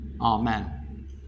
Amen